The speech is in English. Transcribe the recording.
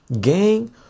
gang